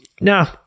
no